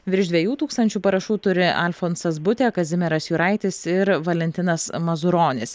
virš dviejų tūkstančių parašų turi alfonsas butė kazimieras juraitis ir valentinas mazuronis